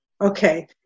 Okay